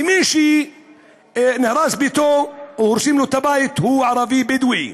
ומי שנהרס ביתו או הורסים לו את הבית הוא ערבי בדואי.